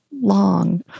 long